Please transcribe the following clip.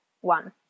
one